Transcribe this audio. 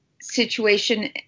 situation